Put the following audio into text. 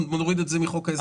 הוא לא משנה את מצבם בכלל.